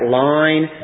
line